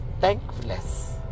thankless